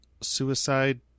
suicide